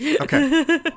Okay